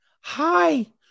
Hi